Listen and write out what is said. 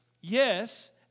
Yes